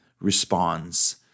responds